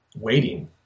waiting